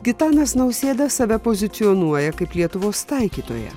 gitanas nausėda save pozicionuoja kaip lietuvos taikytoją